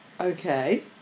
Okay